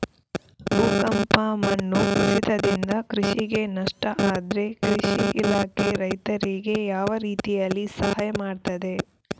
ಭೂಕಂಪ, ಮಣ್ಣು ಕುಸಿತದಿಂದ ಕೃಷಿಗೆ ನಷ್ಟ ಆದ್ರೆ ಕೃಷಿ ಇಲಾಖೆ ರೈತರಿಗೆ ಯಾವ ರೀತಿಯಲ್ಲಿ ಸಹಾಯ ಮಾಡ್ತದೆ?